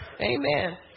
Amen